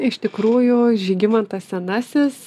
iš tikrųjų žygimantas senasis